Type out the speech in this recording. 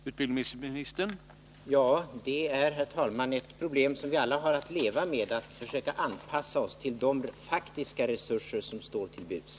Herr talman! Ja, det är ett problem som vi alla har att leva med — att försöka anpassa oss till de faktiska resurser som står till buds.